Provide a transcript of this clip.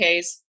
Ks